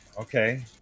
Okay